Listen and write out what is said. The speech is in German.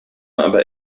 aber